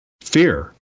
Fear